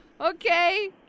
Okay